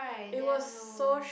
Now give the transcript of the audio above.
it was so